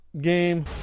game